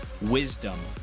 wisdom